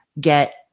get